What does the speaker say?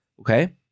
okay